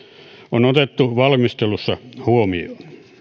on otettu valmistelussa huomioon